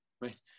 right